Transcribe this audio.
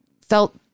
felt